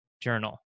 journal